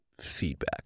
feedback